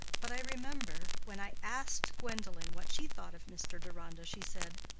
but i remember, when i asked gwendolen what she thought of mr. deronda, she said,